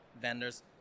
vendors